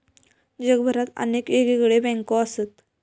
जगभरात अनेक येगयेगळे बँको असत